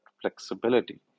flexibility